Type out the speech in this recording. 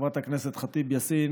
חברת הכנסת ח'טיב יאסין: